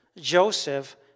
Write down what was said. Joseph